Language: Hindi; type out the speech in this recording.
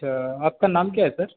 अच्छा आपका नाम क्या है सर